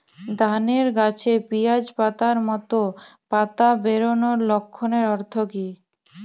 ধানের গাছে পিয়াজ পাতার মতো পাতা বেরোনোর লক্ষণের অর্থ কী?